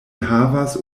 havas